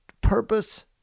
purpose